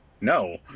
no